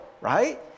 right